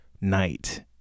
night